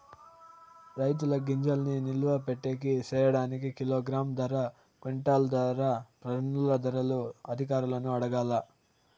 రైతుల గింజల్ని నిలువ పెట్టేకి సేయడానికి కిలోగ్రామ్ ధర, క్వింటాలు ధర, టన్నుల ధరలు అధికారులను అడగాలా?